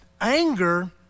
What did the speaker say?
anger